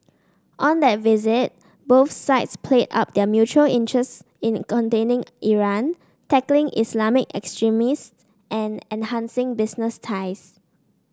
on that visit both sides played up their mutual interests in containing Iran tackling Islamic extremists and enhancing business ties